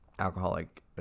alcoholic